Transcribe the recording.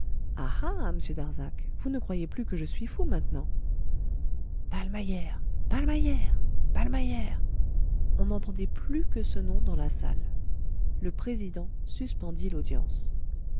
darzac vous ne croyez plus que je suis fou maintenant ballmeyer ballmeyer ballmeyer on n'entendait plus que ce nom dans la salle le